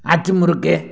அச்சுமுறுக்கு